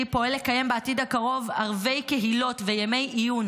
פועל לקיים בעתיד הקרוב ערבי קהילות וימי עיון